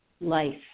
life